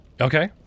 Okay